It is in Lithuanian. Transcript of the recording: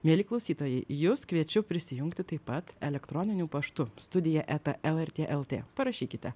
mieli klausytojai jus kviečiu prisijungti taip pat elektroniniu paštu studija eta lrt lt parašykite